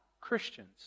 Christians